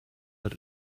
that